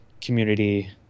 community